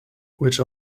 which